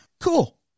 cool